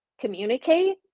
communicate